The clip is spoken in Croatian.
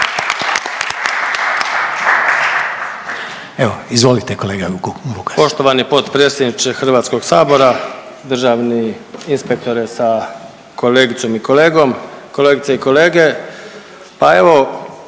Evo, izvolite kolega